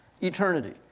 eternity